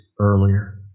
earlier